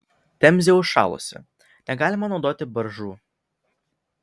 temzė užšalusi negalima naudoti baržų